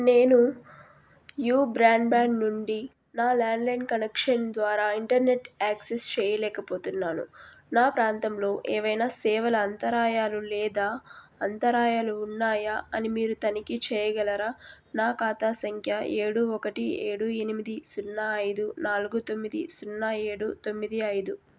నేను you broadband నుండి నా ల్యాండ్లైన్ కనెక్షన్ ద్వారా ఇంటర్నెట్ యాక్సెస్ చెయ్యలేకపోతున్నాను నా ప్రాంతంలో ఏవైనా సేవల అంతరాయాలు లేదా అంతరాయాలు ఉన్నాయా అని మీరు తనిఖీ చెయ్యగలరా నా ఖాతా సంఖ్య ఏడు ఒకటి ఏడు ఎనిమిది సున్నా ఐదు నాలుగు తొమ్మిది సున్నా ఏడు తొమ్మిది ఐదు